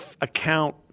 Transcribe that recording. account